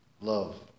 Love